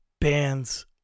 bands